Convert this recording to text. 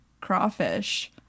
crawfish